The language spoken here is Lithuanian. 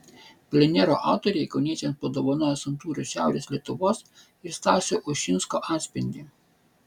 plenero autoriai kauniečiams padovanojo santūrų šiaurės lietuvos ir stasio ušinsko atspindį